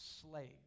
slave